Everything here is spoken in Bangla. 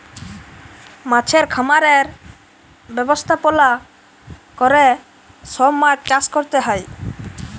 মাছের খামারের ব্যবস্থাপলা ক্যরে সব মাছ চাষ ক্যরতে হ্যয়